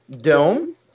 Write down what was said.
Dome